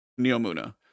Neomuna